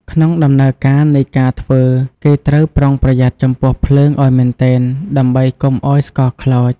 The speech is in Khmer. ក្នុងដំណើរការនៃការធ្វើ គេត្រូវប្រុងប្រយ័ត្នចំពោះភ្លើងឱ្យមែនទែន ដើម្បីកុំឱ្យស្ករខ្លោច។